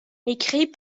écrit